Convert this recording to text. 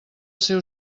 seu